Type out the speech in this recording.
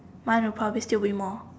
my republic still be more